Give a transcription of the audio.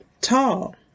tall